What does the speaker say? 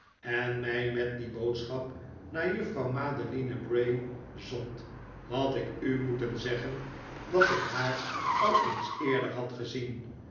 en mij met die boodschap naar juffrouw madeline bray zondt had ik u moeten zeggen dat ik haar al eens eerder had gezien